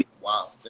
wow